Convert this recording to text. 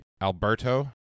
Alberto